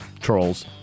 trolls